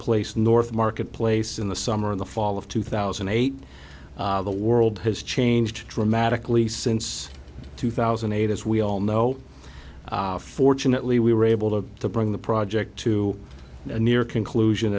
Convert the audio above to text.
place north marketplace in the summer in the fall of two thousand and eight the world has changed dramatically since two thousand and eight as we all know fortunately we were able to bring the project to a near conclusion